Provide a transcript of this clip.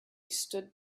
stood